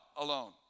alone